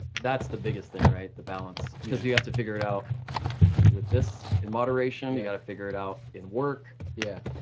that's the biggest thing right? the balance. cause you have to figure it out with this in moderation, you gotta figure it out in work. yeah.